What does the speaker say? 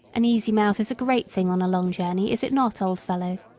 an easy mouth is a great thing on a long journey, is it not, old fellow?